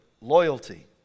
loyalty